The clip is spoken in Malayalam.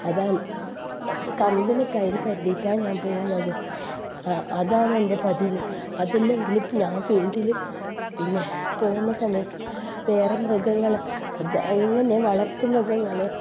അതാന്ന് കമ്പിനെ കൈയ്യിൽ കരുതിയിട്ടാണ് ഞാൻ പോവുന്നത് അതാണ് എൻ്റെ പതിവ് അതില്ലെങ്കിൽ ഞാൻ ഫീൽഡിൽ പിന്നെ പോവുന്ന സമയത്ത് വേറെ മൃഗങ്ങൾ അത് ഇങ്ങനെ വളർത്തുമൃഗങ്ങൾ